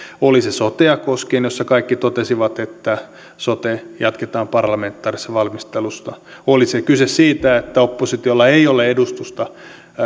oli se sotea koskien jossa kaikki totesivat että sotea jatketaan parlamentaarisessa valmistelussa oli se kyse siitä että oppositiolla ei ole edustusta